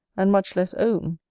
and much less own,